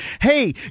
hey